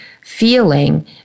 feeling